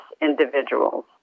individuals